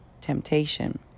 temptation